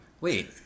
Wait